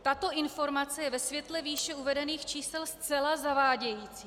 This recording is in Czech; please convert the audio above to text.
Tato informace je ve světle výše uvedených čísel zcela zavádějící.